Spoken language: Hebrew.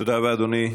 תודה רבה, אדוני.